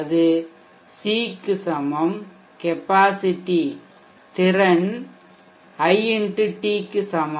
அது C க்கு சமம் கெப்பாசிட்டி திறன் i X t க்கு சமம்